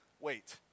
Wait